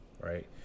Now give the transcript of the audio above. right